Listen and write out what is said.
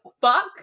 Fuck